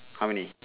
how many